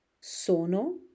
Sono